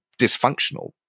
dysfunctional